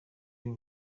y’u